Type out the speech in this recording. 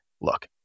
look